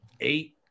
eight